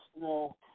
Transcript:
no